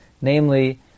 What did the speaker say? namely